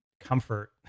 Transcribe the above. comfort